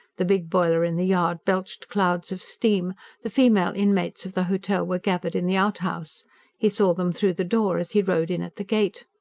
the big boiler in the yard belched clouds of steam the female inmates of the hotel were gathered in the out-house he saw them through the door as he rode in at the gate.